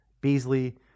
Beasley—